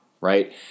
right